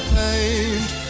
paint